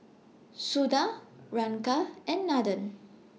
Suda Ranga and Nathan